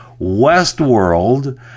Westworld